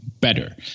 better